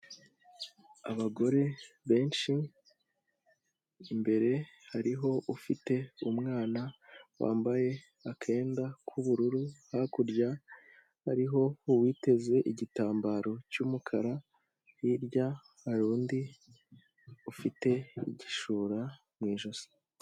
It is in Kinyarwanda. Abagore benshi imbere hariho ufite umwana wambaye akenda k'ubururu, hakurya hariho uwiteze igitambaro cy'umukara, hirya hari undi ufite igishura mu ijosi.